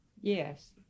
Yes